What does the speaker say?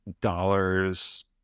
dollars